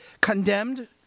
condemned